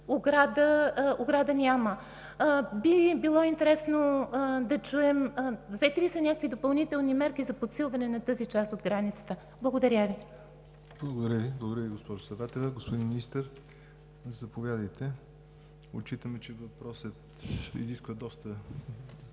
ограда. Би било интересно да чуем взети ли са някакви допълнителни мерки за подсилване на тази част от границата? Благодаря Ви. ПРЕДСЕДАТЕЛ ЯВОР НОТЕВ: Благодаря Ви, госпожо Саватева. Господин Министър, заповядайте. Отчитаме, че въпросът изисква доста